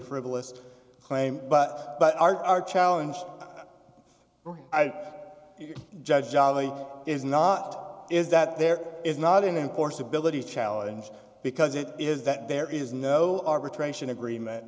frivolous claim but but our challenge i judge jolly is not is that there is not in of course abilities challenge because it is that there is no arbitration agreement